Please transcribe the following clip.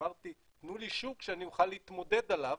אמרתי תנו לי שוק שאני אוכל להתמודד עליו